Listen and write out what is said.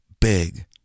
big